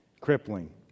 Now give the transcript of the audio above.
crippling